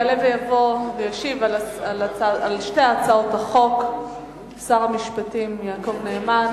יעלה ויבוא וישיב על שתי הצעות החוק שר המשפטים יעקב נאמן.